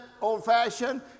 old-fashioned